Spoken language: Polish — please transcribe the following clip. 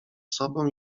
sobą